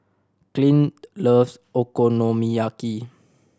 Clint loves Okonomiyaki